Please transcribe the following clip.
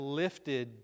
lifted